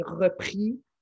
repris